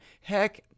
Heck